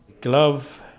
glove